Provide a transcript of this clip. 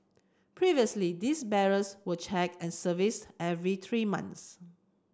previously these barriers were checked and serviced every three months